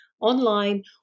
online